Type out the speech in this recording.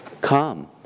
come